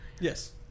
Yes